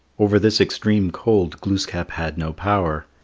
over this extreme cold glooskap had no power.